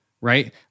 right